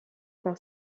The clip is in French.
par